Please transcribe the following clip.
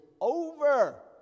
over